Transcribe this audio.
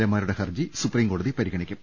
A മാരുടെ ഹർജി സുപ്രീംകോടതി പരിഗണിക്കും